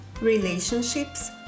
relationships